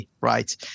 right